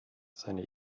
seine